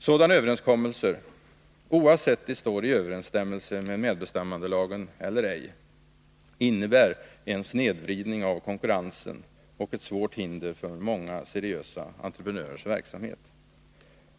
Sådana överenskommelser innebär — oavsett om de står i överensstämmelse med medbestämmandelagen eller ej — en snedvridning av konkurrensen och ett svårt hinder för många seriösa entreprenörers verksamhet.